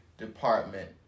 department